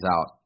out